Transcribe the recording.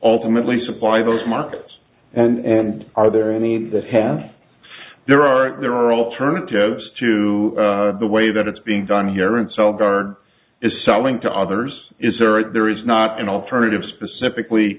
ultimately supply those markets and are there any that there are there are alternatives to the way that it's being done here and sell guard is selling to others is there a there is not an alternative specifically